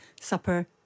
supper